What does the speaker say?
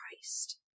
christ